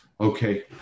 Okay